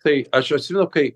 tai aš atsimenu kai